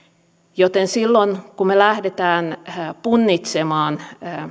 joten silloin kun me lähdemme punnitsemaan